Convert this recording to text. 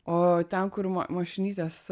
o ten kur mašinytės